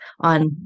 on